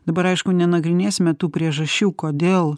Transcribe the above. dabar aišku nenagrinėsime tų priežasčių kodėl